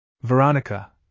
Veronica